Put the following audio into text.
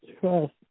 trust